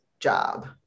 job